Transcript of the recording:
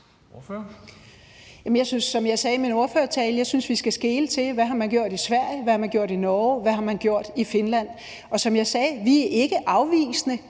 Som jeg sagde i min ordførertale, synes jeg, vi skal skele til, hvad man har gjort i Sverige, hvad man har gjort i Norge, hvad man har gjort i Finland. Og som jeg sagde: Vi er ikke afvisende